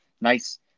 nice